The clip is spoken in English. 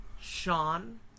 Sean